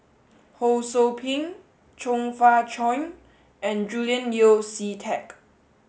Ho Sou Ping Chong Fah Cheong and Julian Yeo See Teck